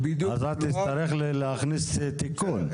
תצטרך להכניס תיקון.